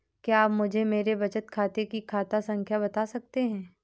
क्या आप मुझे मेरे बचत खाते की खाता संख्या बता सकते हैं?